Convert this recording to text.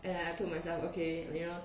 and I told myself okay you know